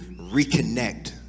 reconnect